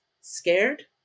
scared